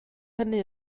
hynny